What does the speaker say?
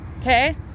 Okay